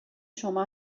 شما